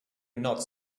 not